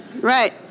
right